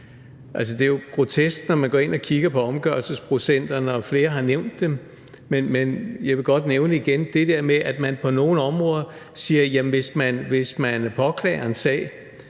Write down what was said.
det er jo grotesk, når man går ind og kigger på omgørelsesprocenterne – flere har nævnt dem, men jeg vil gerne nævne det igen – at kunne konstatere, at det på nogle områder er sådan, at hvis man påklager en sag,